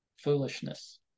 foolishness